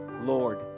Lord